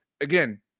again